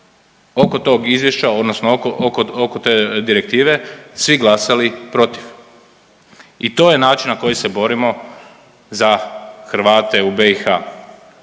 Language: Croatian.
oko tog izvješća odnosno oko te direktive svi glasali protiv i to je način na koji se borimo za Hrvate u BiH.